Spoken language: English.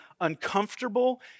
uncomfortable